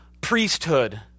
priesthood